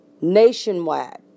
nationwide